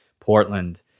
Portland